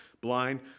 blind